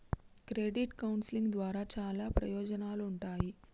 credit counselling ద్వారా చాలా ప్రయోజనాలుంటాయి